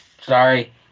Sorry